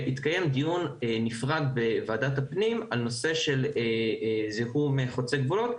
שהתקיים דיון נפרד בוועדת הפנים על נושא של זיהום חוצה גבולות.